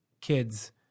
kids